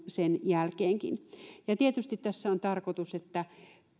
sen jälkeenkin tietysti tässä on tarkoitus että